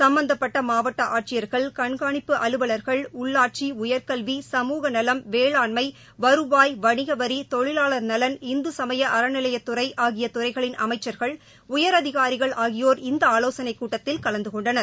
சும்பந்தப்பட்டமாவட்டஆட்சியர்கள் கண்காணிப்பு அலுவலர்கள் உள்ளாட்சி உயர்கல்வி சமூகநலம் வேளாண்மை வருவாய் வணிகவரி தொழிலாளா்நலன் இந்துசமயஅறநிலையத்துறைஆகியதுறைகளின் அமைச்சா்கள் உயரதிகாரிகள் ஆகியோர் இந்தஆலோசனைக் கூட்டத்தில் கலந்துகொண்டனர்